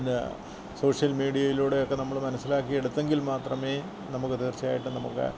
എന്നാ സോഷ്യല് മീഡിയയിലൂടെയോ ഒക്കെ നമ്മൾ മനസ്സിലാക്കിയെടുത്തെങ്കില് മാത്രമേ നമുക്ക് തീര്ച്ചയായിട്ടും നമുക്ക്